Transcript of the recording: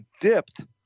dipped